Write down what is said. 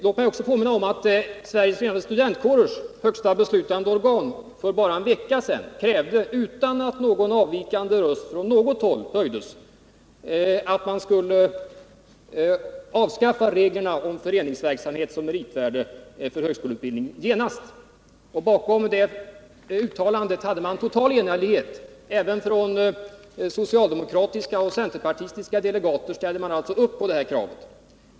Låt mig också påminna om att Sveriges förenade studentkårers högsta organ för bara en vecka sedan krävde, utan att någon avvikande röst från något håll höjdes, att man genast skulle avskaffa reglerna om föreningsverksamhet som meritvärde när det gäller högskoleutbildningen. Om det uttalandet rådde total enighet. Även socialdemokratiska och centerpartistiska delegater slöt upp bakom det här kravet.